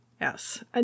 Yes